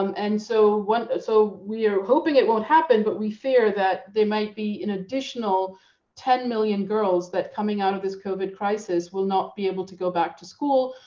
um and so ah so we are hoping it won't happen, but we fear that there might be an additional ten million girls that, coming out of this covid crisis, will not be able to go back to school.